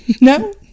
No